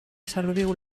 serviu